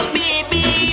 baby